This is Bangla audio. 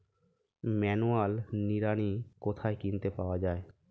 ম্যানুয়াল নিড়ানি কোথায় কিনতে পাওয়া যায়?